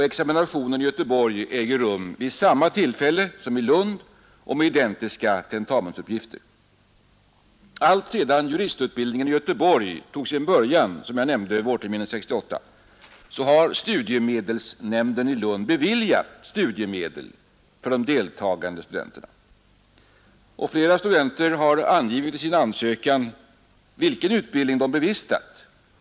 Examinationen i Göteborg äger rum vid samma tillfälle som i Lund och med identiska tentamensuppgifter. Alltsedan juristutbildningen i Göteborg tog sin början — vårterminen 1968 — har studiemedelsnämnden i Lund beviljat studiemedel för de deltagande studenterna, och flera studenter har angivit i sin ansökan vilken utbildning de bevistat.